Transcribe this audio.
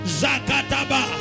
zakataba